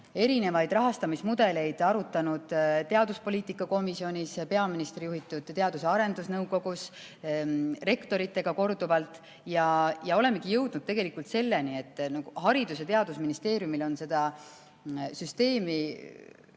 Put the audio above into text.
erinevaid rahastamismudeleid arutanud teaduspoliitika komisjonis, peaministri juhitavas Teadus- ja Arendusnõukogus, rektoritega korduvalt, ja olemegi jõudnud selleni, et Haridus- ja Teadusministeeriumil on seda süsteemi